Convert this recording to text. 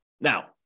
Now